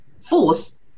force